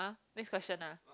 next question ah